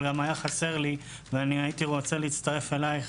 אבל גם היה חסר לי ואני הייתי רוצה להצטרף אלייך,